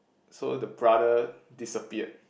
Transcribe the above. so the brother disappeared